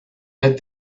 let